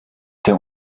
der